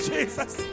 Jesus